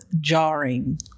jarring